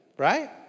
Right